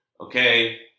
okay